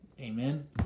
Amen